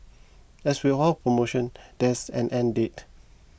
as with all promotions there is an end date